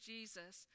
Jesus